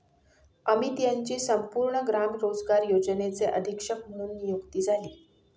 अमित यांची संपूर्ण ग्राम रोजगार योजनेचे अधीक्षक म्हणून नियुक्ती झाली